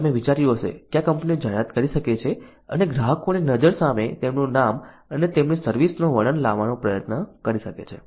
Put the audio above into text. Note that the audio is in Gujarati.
તમે વિચાર્યું હશે કે આ કંપનીઓ જાહેરાત કરી શકે છે અને ગ્રાહકોની નજર સામે તેમનું નામ અને તેમની સર્વિસ નું વર્ણન લાવવાનો પ્રયત્ન કરી શકે છે